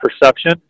perception